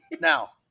Now